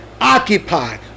Occupy